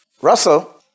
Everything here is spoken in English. Russell